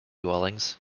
dwellings